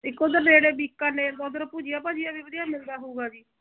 ਇੱਕ ਉੱਧਰ ਨੇੜੇ ਬੀਕਾਨੇਰ ਉੱਧਰ ਭੁਜੀਆਂ ਭਾਜੀਆਂ ਵੀ ਵਧੀਆ ਮਿਲਦਾ ਹੋਵੇਗਾ ਜੀ